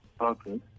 Okay